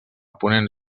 ponent